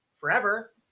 forever